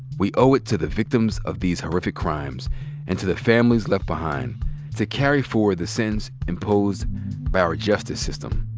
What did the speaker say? we owe it to the victims of these horrific crimes and to the families left behind to carry forward the sentence imposed by our justice system.